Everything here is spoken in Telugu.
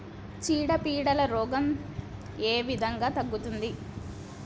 చీడ పీడల రోగం ఏ విధంగా తగ్గుద్ది?